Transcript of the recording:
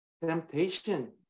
temptation